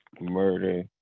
murder